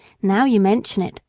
now you mention it,